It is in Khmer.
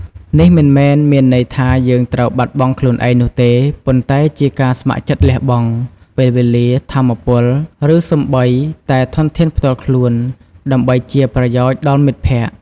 នេះមិនមែនមានន័យថាយើងត្រូវបាត់បង់ខ្លួនឯងនោះទេ ប៉ុន្តែជាការ ស្ម័គ្រចិត្តលះបង់ ពេលវេលា ថាមពល ឬសូម្បីតែធនធានផ្ទាល់ខ្លួន ដើម្បីជាប្រយោជន៍ដល់មិត្តភក្តិ។